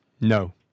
No